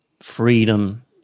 freedom